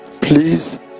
please